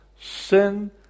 Sin